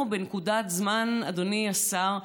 אנחנו בנקודת זמן, אדוני השר,